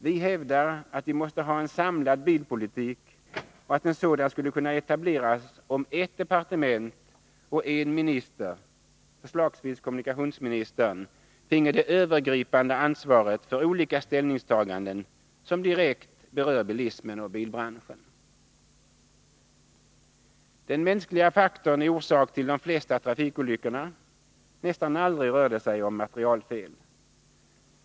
Vi hävdar att man måste ha en samlad bilpolitik och att en sådan skulle kunna etableras om eft departement och en minister, förslagsvis kommunikationsministern, finge det övergripande ansvaret för olika ställningstaganden som direkt berör bilismen och bilbranschen. Den mänskliga faktorn är orsak till de flesta trafikolyckorna — nästan aldrig rör det sig om materialfel.